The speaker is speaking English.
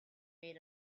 made